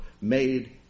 made